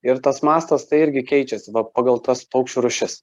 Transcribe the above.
ir tas mastas tai irgi keičiasi va pagal tas paukščių rūšis